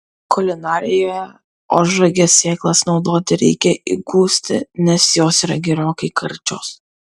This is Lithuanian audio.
kulinarijoje ožragės sėklas naudoti reikia įgusti nes jos yra gerokai karčios